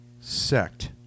sect